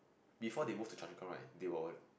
before they move to Choa-Chu-Kang right they were